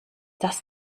das